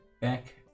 back